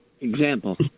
Example